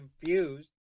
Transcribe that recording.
confused